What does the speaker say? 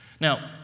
Now